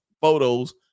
photos